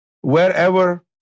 wherever